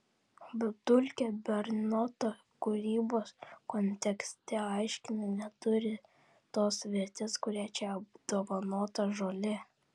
bet dulkė bernoto kūrybos kontekste aiškiai neturi tos vertės kuria čia apdovanota žolė